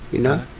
you know?